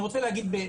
אני רוצה במשפט,